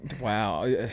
wow